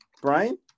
Brian